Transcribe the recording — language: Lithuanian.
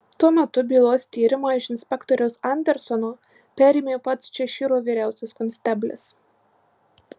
tuo metu bylos tyrimą iš inspektoriaus andersono perėmė pats češyro vyriausias konsteblis